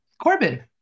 Corbin